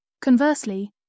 Conversely